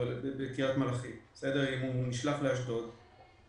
בקריית מלאכי והוא נשלח לאשדוד,